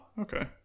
okay